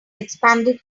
expanded